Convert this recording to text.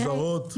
אזהרות.